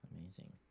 amazing